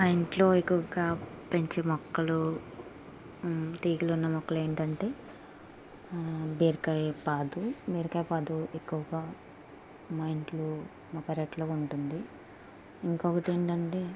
మా ఇంట్లో ఎక్కువగా పెంచే మొక్కలు తీగలు ఉన్న మొక్కలు ఏమిటంటే బీరకాయ పాదు బీరకాయ పాదు ఎక్కువగా మా ఇంట్లో మా పెరట్లో ఉంటుంది ఇంకొకటి ఏంటంటే